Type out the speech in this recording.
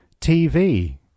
TV